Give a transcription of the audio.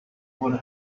would